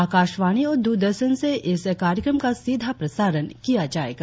आकाशवाणी और द्रदर्शन से इस कार्यक्रम का सीधा प्रसारण किया जायेगा